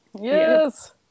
yes